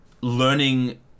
learning